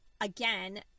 again